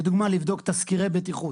לדוגמה: לבדוק תסקירי בטיחות,